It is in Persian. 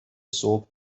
صبح